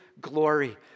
glory